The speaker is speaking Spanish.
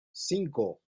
cinco